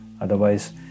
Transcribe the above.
otherwise